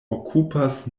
okupas